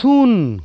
ᱥᱩᱱ